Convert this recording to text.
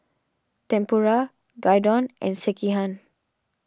Tempura Gyudon and Sekihan